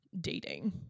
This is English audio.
dating